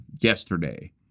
Yesterday